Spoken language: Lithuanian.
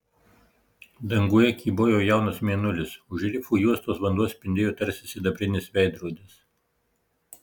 danguje kybojo jaunas mėnulis už rifų juostos vanduo spindėjo tarsi sidabrinis veidrodis